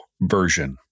version